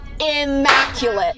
immaculate